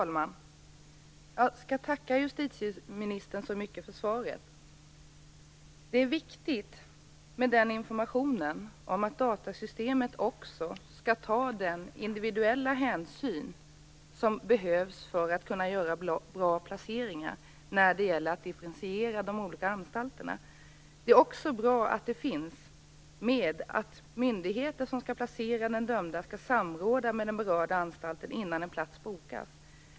Fru talman! Jag tackar justitieministern så mycket för svaret. Det är viktigt med informationen om att datasystemet också skall ta den individuella hänsyn som behövs för att man skall kunna göra bra placeringar när det gäller att differentiera de olika anstalterna. Det är också bra att det finns med att myndigheter som skall placera den dömde skall samråda med den berörda anstalten innan en plats bokas.